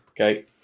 Okay